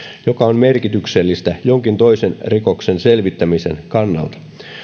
joka on merkityksellistä jonkin toisen rikoksen selvittämisen kannalta